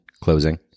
closing